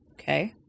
Okay